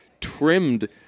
trimmed